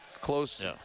close